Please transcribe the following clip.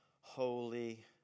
holy